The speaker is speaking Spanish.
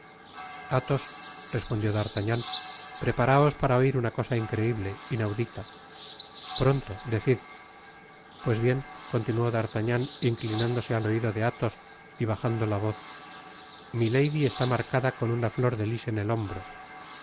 athos respondió d'artagnan preparaos para oir una cosa increible inaudita pronto decid pues bien continuó d'artagnan inclinándose al oido de athos y bajando la voz milady está marcada con una flor de lis en el hombro ay